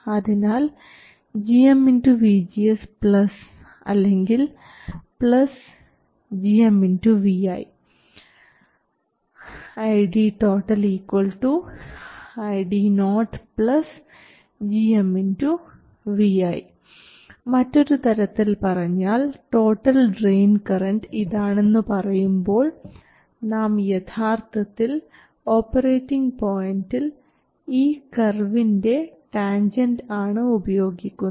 അതിനാൽ gm vGS plus അല്ലെങ്കിൽ plus gm vi ID ID0 gm vi മറ്റൊരു തരത്തിൽ പറഞ്ഞാൽ ടോട്ടൽ ഡ്രയിൻ കറൻറ് ഇതാണെന്ന് പറയുമ്പോൾ നാം യഥാർത്ഥത്തിൽ ഓപ്പറേറ്റിങ് പോയിന്റിൽ ഈ കർവിൻറെ ടാൻജൻറ് ആണ് ഉപയോഗിക്കുന്നത്